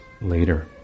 later